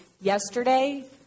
Yesterday